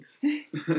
thanks